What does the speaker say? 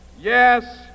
yes